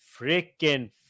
freaking